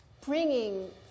Bringing